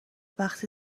وقتی